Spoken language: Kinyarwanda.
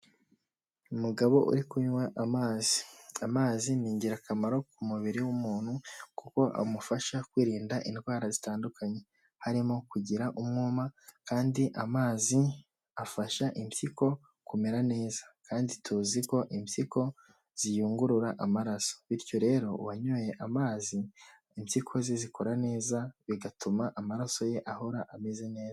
Umugabo uri kunywa amazi, amazi ni ingirakamaro ku mubiri w'umuntu kuko amufasha kwirinda indwara zitandukanye, harimo kugira umwuma kandi amazi afasha impyiko kumera neza, kandi tuzi ko impyiko ziyungurura amaraso bityo rero uwanyoye amazi impyiko ze zikora neza bigatuma amaraso ye ahora ameze neza.